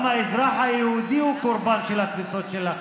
גם האזרח היהודי הוא קורבן של התפיסות שלכם.